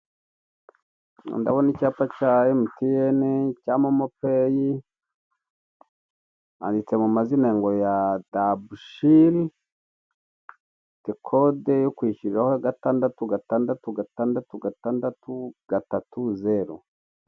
Ndabona icyapa cya emutiyene cya momopayi cyanditse mu mazina ngo ya Dabushini gifite kode yo kwishyuriraho gatandatu gatandatu gatandatu gatandatu gatatu zeru